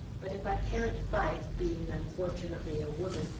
but if i can't fight, being unfortunately a woman,